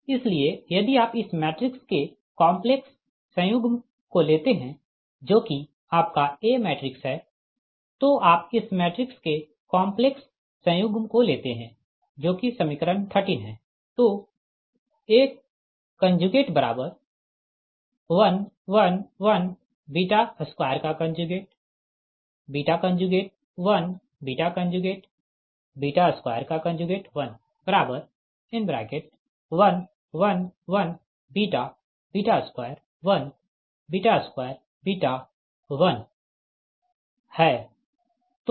इसलिए यदि आप इस मैट्रिक्स के कॉम्प्लेक्स संयुग्म को लेते हैं जो कि आपका A मैट्रिक्स है तो आप इस मैट्रिक्स के कॉम्प्लेक्स संयुग्म को लेते हैं जो कि समीकरण 13 है तो A1 1 1 2 1 2 1 1 1 1 2 1 2 1